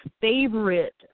favorite